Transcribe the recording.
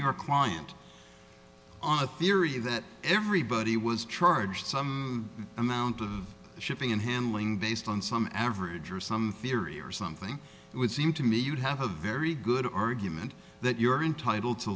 her client on the theory that everybody was charged some amount of shipping and handling based on some average or some theory or something it would seem to me you'd have a very good argument that you're entitle to